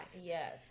Yes